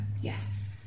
Yes